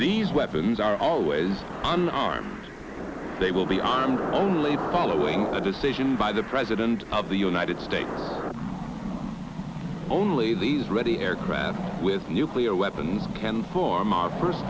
these weapons are always on arm they will be armed only following the decision by the president of the united states only these ready aircraft with nuclear weapons can form our first